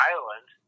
Island